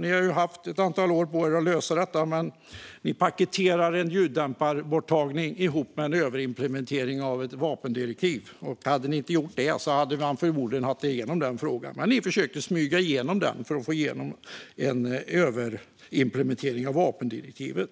Ni har ju haft ett antal år på er att lösa detta, men ni har paketerat en ljuddämparborttagning ihop med en överimplementering av ett vapendirektiv. Hade ni inte gjort det hade vi förmodligen fått igenom den frågan, men ni försökte smyga igenom den för att få igenom en överimplementering av vapendirektivet.